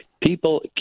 People